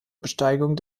besteigung